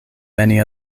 many